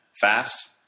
fast